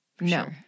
No